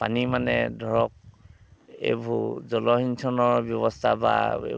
পানী মানে ধৰক এইবোৰ জলসিঞ্চনৰ ব্যৱস্থা বা এইবোৰ